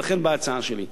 ולכן באה ההצעה שלי.